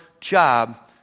job